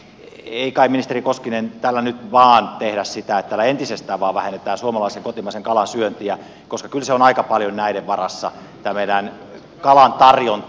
ei kai ministeri koskinen tällä nyt vain tehdä sitä että tällä entisestään vain vähennetään suomalaisen kotimaisen kalan syöntiä koska kyllä se on aika paljon näiden varassa tämä meidän kalantarjonta